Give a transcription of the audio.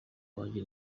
wanjye